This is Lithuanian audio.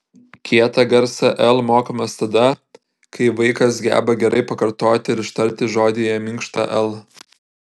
kietą garsą l mokomės tada kai vaikas geba gerai pakartoti ir ištarti žodyje minkštą l